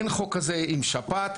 אין חוק כזה לגבי שפעת.